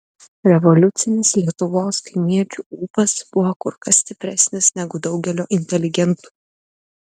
revoliucinis lietuvos kaimiečių ūpas buvo kur kas stipresnis negu daugelio inteligentų